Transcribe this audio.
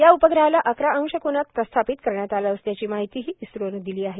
या उपग्रहाला अकरा अंश कोनात प्रस्थापित करण्यात आलं असल्याची माहितीही इस्त्रोनं दिली आहे